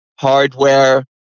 Hardware